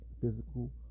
physical